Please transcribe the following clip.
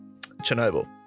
Chernobyl